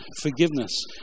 forgiveness